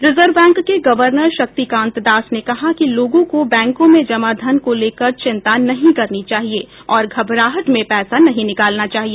reserve bank के governor Shaktikanta Das ने कहा कि लोगों को बैंकों में जमा धन को लेकर चिंता नहीं करनी चाहिए और घबराहट में पैसा नहीं निकालना चाहिए